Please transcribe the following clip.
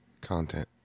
content